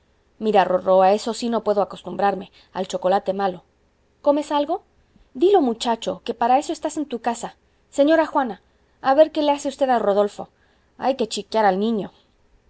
mira rorró a eso sí no puedo acostumbrarme al chocolate malo comes algo dílo muchacho que para eso estás en tu casa señora juana a ver qué le hace usted a rodolfo hay que chiquear al niño